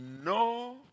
no